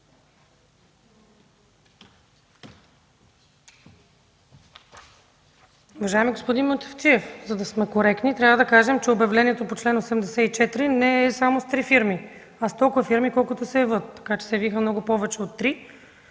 Уважаеми господин Мутафчиев, за да сме коректни, трябва да кажем, че обявлението по чл. 84 не е само с три фирми, а с толкова, колкото се явят. Явиха се много повече от три.